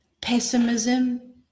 pessimism